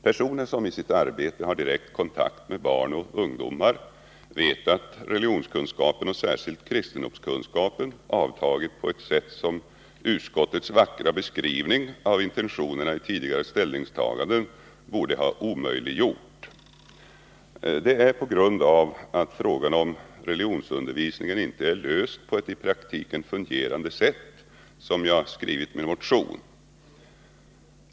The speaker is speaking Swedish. Personer som i sitt arbete har direkt kontakt med barn och ungdomar vet att religionskunskapen, och särskilt kristendomskunskapen, avtagit på ett sätt som enligt utskottets vackra beskrivning intentionerna i tidigare ställningstaganden borde ha omöjliggjort. Det är på grund av att frågan om religionsundervisningen inte är löst på ett i praktiken fungerande sätt som jag skrivit min motion.